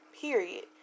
period